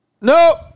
Nope